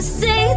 say